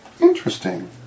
interesting